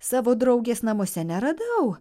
savo draugės namuose neradau